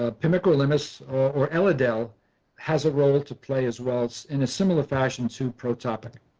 ah pimecrolimus or elidel has a role to play as well as in a similar fashion to protopic.